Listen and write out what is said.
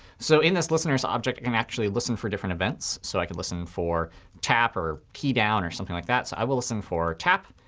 so in this listener's object, you can actually listen for different events. so i can listen for tap or key down or something like that. so i will listen for tap,